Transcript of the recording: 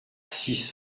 six